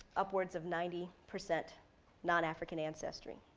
upwards of ninety percent non-african ancestry.